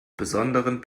besonderen